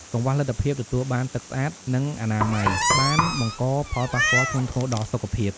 កង្វះលទ្ធភាពទទួលបានទឹកស្អាត និងអនាម័យបានបង្កផលប៉ះពាល់ធ្ងន់ធ្ងរដល់សុខភាព។